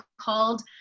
called